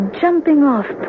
jumping-off